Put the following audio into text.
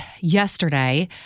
yesterday